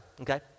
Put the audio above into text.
okay